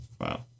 Wow